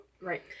Right